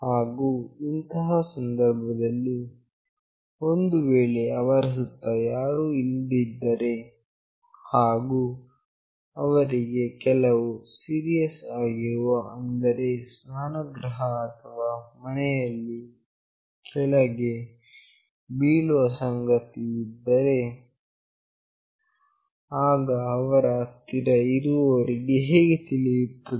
ಹಾಗು ಇಂತಹ ಸಂಧರ್ಭದಲ್ಲಿ ಒಂದು ವೇಳೆ ಅವರ ಸುತ್ತ ಯಾರೂ ಇರದಿದ್ದರೆ ಹಾಗು ಅವರಿಗೆ ಕೆಲವು ಸೀರಿಯಸ್ ಆಗಿರುವ ಅಂದರೆ ಸ್ನಾನಗೃಹದಲ್ಲಿ ಅಥವಾ ಮನೆಯಲ್ಲಿ ಕೆಳಗೆ ಬೀಳುವ ಸಂಗತಿ ಇದ್ದರೆ ಆಗ ಅವರ ಹತ್ತಿರ ಇರುವವರಿಗೆ ಹೇಗೆ ತಿಳಿದುಬರುತ್ತದೆ